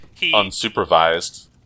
unsupervised